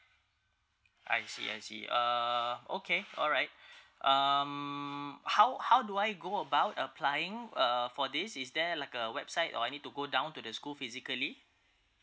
I see I see uh okay alright um how how do I go about applying uh for this is there like a website or I need to go down to the school physically